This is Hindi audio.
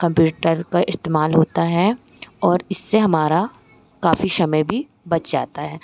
कंप्युटर का इस्तेमाल होता है और इससे हमारा काफी समय भी बच जाता है